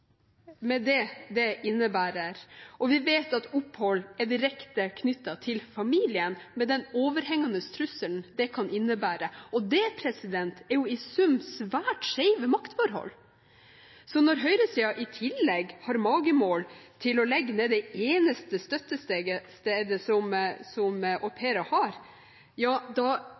med det det innebærer, og vi vet at opphold er direkte knyttet til familien, med den overhengende trusselen det kan innebære. Det er i sum svært skjeve maktforhold. Når høyresiden i tillegg har magemål til å legge ned det eneste støttestedet som au pairer har,